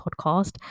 podcast